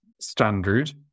standard